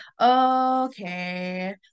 Okay